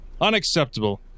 Unacceptable